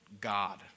God